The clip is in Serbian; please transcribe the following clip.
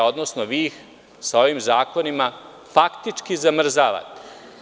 Odnosno, vi sa ovim zakonima faktički zamrzavate.